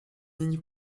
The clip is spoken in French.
ligne